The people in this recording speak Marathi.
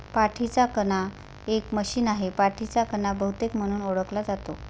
पाठीचा कणा एक मशीन आहे, पाठीचा कणा बहुतेक म्हणून ओळखला जातो